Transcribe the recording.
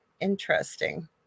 Interesting